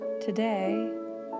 Today